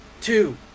two